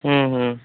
হুম হুম